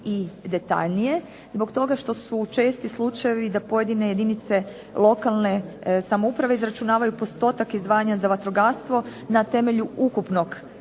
i detaljnije zbog toga što su česti slučajevi da pojedine jedinice lokalne samouprave izračunavaju postotak izdvajanja za vatrogastvo na temelju ukupnog